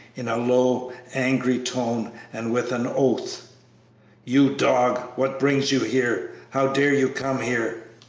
in a low, angry tone and with an oath you dog! what brings you here? how dare you come here?